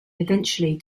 eventually